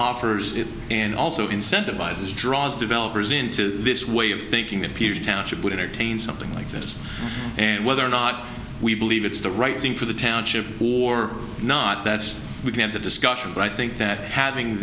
offers and also incentivizes draws developers into this way of thinking that peter township would entertain something like this and whether or not we believe it's the right thing for the township or not that's we can have the discussion but i think that having